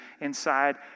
inside